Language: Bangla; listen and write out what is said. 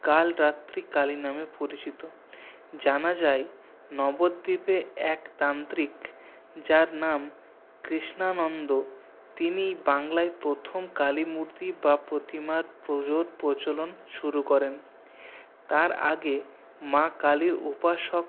কাল রাত্রি কালী নামে পরিচিত জানা যায় নবদ্বীপে এক তান্ত্রিক যার নাম কৃষ্ণানন্দ তিনি বাংলায় প্রথম কালী মূর্তি বা প্রতিমার প্রচ প্রচলন শুরু করেন তার আগে মা কালীর উপাসক